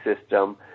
system